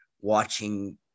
watching